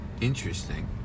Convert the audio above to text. Interesting